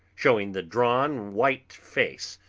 showing the drawn, white face,